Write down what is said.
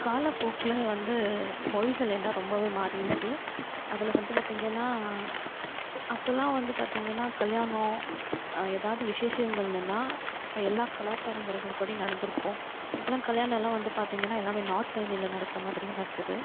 காலப்போக்கில் வந்து மொழிகள் எல்லாம் ரொம்பவே மாறிருக்கு அதில் வந்து பார்த்திங்கன்னா அப்போலாம் வந்து பார்த்திங்கன்னா கல்யாணம் எதாவது விசேஷங்களுனா எல்லாம் கலாச்சார முறைகள் படி நடந்துருக்கும் இப்போலாம் கல்யாணம்லாம் வந்து பார்த்திங்கன்னா எல்லாமே நார்த் சைடில் நடக்குற மாதிரியே நடக்குது